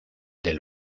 del